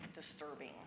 disturbing